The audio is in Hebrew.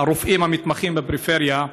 הרופאים המתמחים בפריפריה,